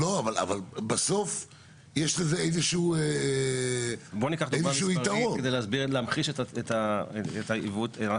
אנסה לתת דוגמה כדי להמחיש את העיוות.